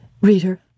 Reader